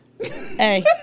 hey